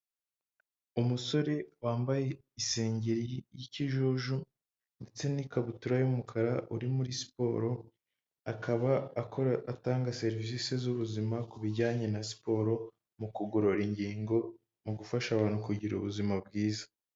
Umusore wambaye isengeri y'ikijuju ndetse n'ikabutura y'umukara uri muri siporo, akaba atanga serivisi z'ubuzima ku bijyanye na siporo mu kugorora ingingo mu gufasha abantu kugira ubuzima bwiza.